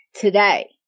today